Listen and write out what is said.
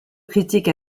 critiques